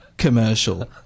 Commercial